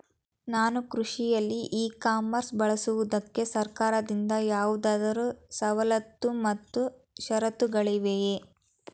ನಾನು ಕೃಷಿಯಲ್ಲಿ e commerce ಬಳಸುವುದಕ್ಕೆ ಸರ್ಕಾರದಿಂದ ಯಾವುದಾದರು ಸವಲತ್ತು ಮತ್ತು ಷರತ್ತುಗಳಿವೆಯೇ?